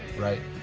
right?